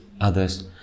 others